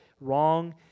Wrong